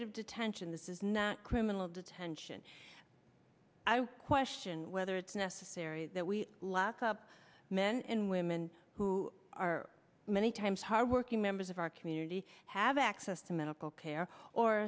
e detention this is not criminal detention i question whether it's necessary that we lock up men and women who are many times hardworking members of our community have access to medical care or